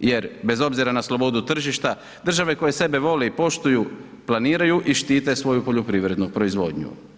jer bez obzira na slobodu tržišta države koje sebe vole i poštuju planiraju i štite svoju poljoprivrednu proizvodnju.